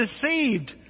deceived